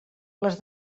les